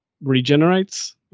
regenerates